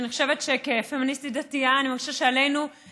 אני חושבת שכפמיניסטית דתייה אני מרגישה שעלינו,